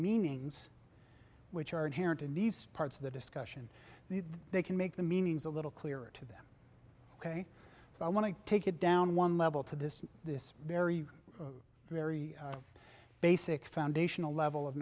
meanings which are inherent in these parts of the discussion they can make the meanings a little clearer to them ok so i want to take it down on one level to this this very very basic foundational level of